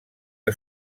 que